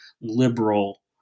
liberal